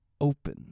open